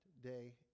day